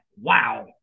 Wow